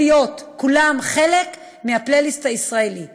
כולם להיות חלק מהפלייליסט הישראלי.